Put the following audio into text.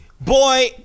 Boy